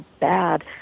bad